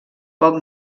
poc